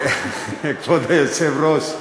כבוד היושב-ראש,